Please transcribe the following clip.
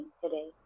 today